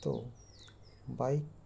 তো বাইক